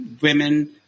women